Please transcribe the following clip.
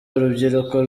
urubyiruko